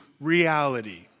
reality